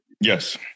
Yes